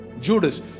Judas